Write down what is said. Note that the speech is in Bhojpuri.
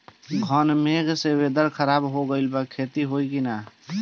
घन मेघ से वेदर ख़राब हो गइल बा खेती न हो पाई